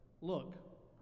Look